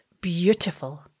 beautiful